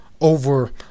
over